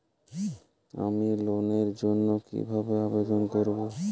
আমি লোনের জন্য কিভাবে আবেদন করব?